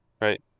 Right